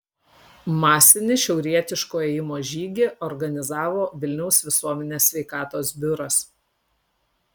masinį šiaurietiško ėjimo žygį organizavo vilniaus visuomenės sveikatos biuras